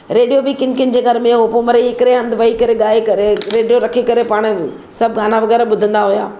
radio बि किन किन जे घर में हुओ पोइ मिड़ई हिकिड़े हंधु वेही करे ॻाई करे रेडिओ रखी करे पाणि सभु गाना वग़ैरह ॿुधंदा हुआ